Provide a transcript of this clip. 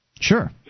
Sure